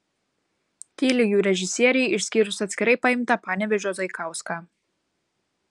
tyli jų režisieriai išskyrus atskirai paimtą panevėžio zaikauską